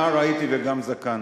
נער הייתי וגם זקנתי,